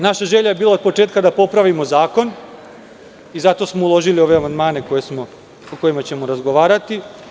Naša želja je od početka bila da popravimo zakon i zato smo uložili ove amandmane o kojima ćemo razgovarati.